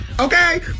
okay